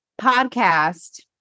podcast